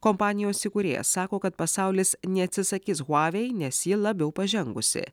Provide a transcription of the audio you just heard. kompanijos įkūrėjas sako kad pasaulis neatsisakys huavei nes ji labiau pažengusi